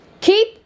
Keep